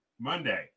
Monday